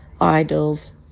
idols